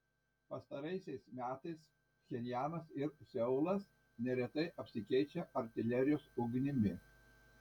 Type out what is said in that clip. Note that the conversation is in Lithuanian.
pastaraisiais metais pchenjanas ir seulas neretai apsikeičia artilerijos ugnimi